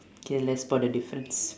okay let's spot the difference